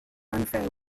unfair